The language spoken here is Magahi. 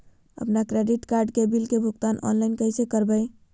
अपन क्रेडिट कार्ड के बिल के भुगतान ऑनलाइन कैसे करबैय?